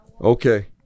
Okay